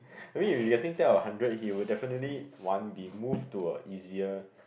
I mean if he's getting ten out of hundred he would definitely want be moved to a easier